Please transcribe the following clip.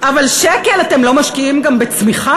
אבל שקל אתם לא משקיעים גם בצמיחה.